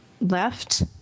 left